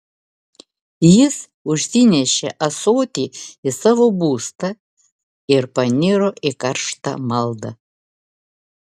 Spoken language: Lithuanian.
jis užsinešė ąsotį į savo būstą ir paniro į karštą maldą